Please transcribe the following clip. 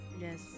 Yes